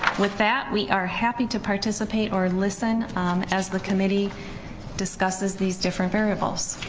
with that we are happy to participate or listen as the committee discusses these different variables,